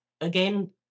again